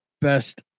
best